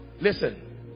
Listen